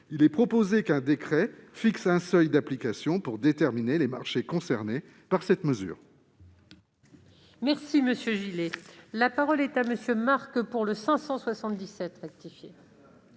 souhaitons qu'un décret fixe un seuil d'application pour déterminer les marchés concernés par une telle mesure.